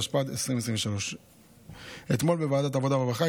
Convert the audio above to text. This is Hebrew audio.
התשפ"ד 2023. אתמול ועדת העבודה והרווחה